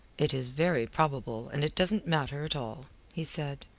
it is very probable, and it doesn't matter at all, he said.